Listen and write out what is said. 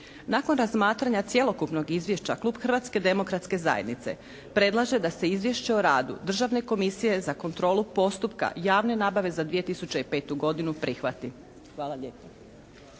Nakon razmatranja cjelokupnog izvješća, klub Hrvatske demokratske zajednice predlaže da se Izvješće o radu Državne komisije za kontrolu postupka javne nabave za 2005. godinu prihvati.